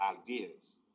ideas